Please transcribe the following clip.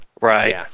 Right